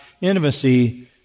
intimacy